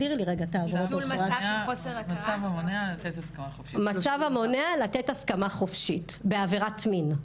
של מצב המונע לתת הסכמה חופשית, בעבירת מין.